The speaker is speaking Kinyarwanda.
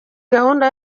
gahunda